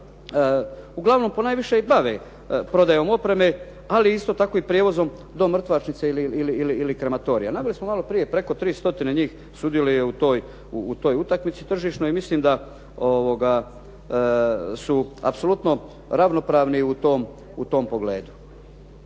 uglavnom ponajviše i bave prodajom opreme, ali isto tako i prijevozom do mrtvačnice ili krematorija. Nabrojali smo malo prije, preko 3 stotine njih sudjeluje u toj utakmici tržišnoj i mislim da su apsolutno ravnopravni u tom pogledu.